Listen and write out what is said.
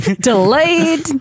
Delayed